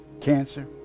cancer